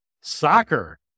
Soccer